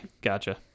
Gotcha